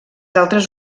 altres